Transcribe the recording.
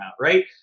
right